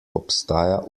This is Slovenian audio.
obstaja